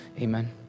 amen